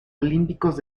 olímpicos